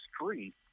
street